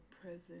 present